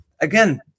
Again